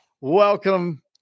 Welcome